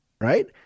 right